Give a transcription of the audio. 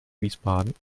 wiesbaden